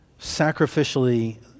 sacrificially